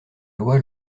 loi